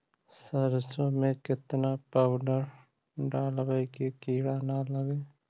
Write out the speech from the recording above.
सरसों में केतना पाउडर डालबइ कि किड़ा न लगे?